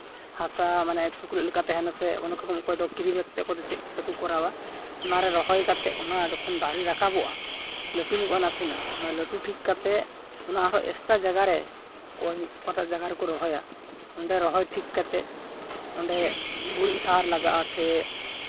ᱦᱟᱥᱟ ᱢᱟᱱᱮ ᱛᱟᱦᱮᱱᱟᱥᱮ ᱚᱠᱚᱭ ᱫᱚ ᱠᱮᱨᱤᱵᱮᱜᱽ ᱛᱮ ᱚᱠᱚᱭ ᱫᱚ ᱪᱮᱫ ᱠᱚᱛᱮ ᱠᱚ ᱠᱚᱨᱟᱣᱟ ᱚᱱᱟᱨᱮ ᱨᱚᱦᱚᱭ ᱠᱟᱛᱮ ᱚᱱᱟ ᱡᱚᱠᱷᱚᱱ ᱫᱟᱨᱮ ᱨᱟᱠᱟᱵᱚᱜᱼᱟ ᱞᱟᱹᱴᱩ ᱧᱚᱜᱚᱜᱼᱟ ᱱᱟᱥᱮᱱᱟᱜ ᱚᱱᱟ ᱞᱟᱹᱴᱩ ᱴᱷᱤᱠ ᱠᱟᱛᱮ ᱚᱱᱟ ᱟᱨᱦᱚᱸ ᱮᱠᱥᱴᱨᱟ ᱡᱟᱭᱜᱟ ᱨᱮ ᱚᱠᱟᱴᱟᱜ ᱡᱟᱭᱜᱟ ᱨᱮᱠᱚ ᱨᱚᱦᱚᱭᱟ ᱚᱸᱰᱮ ᱨᱚᱦᱚᱭ ᱴᱷᱤᱠ ᱠᱟᱛᱮ ᱚᱸᱰᱮ ᱜᱩᱨᱤᱡ ᱥᱟᱨ ᱞᱟᱜᱟᱜᱼᱟ ᱥᱮ